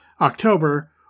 October